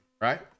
right